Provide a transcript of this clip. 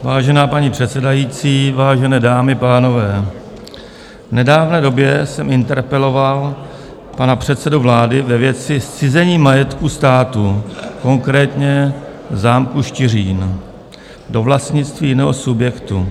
Vážená paní předsedající, vážené dámy, pánové, v nedávné době jsem interpeloval pana předsedu vlády ve věci zcizení majetku státu, konkrétně zámku Štiřín, do vlastnictví jiného subjektu.